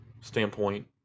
standpoint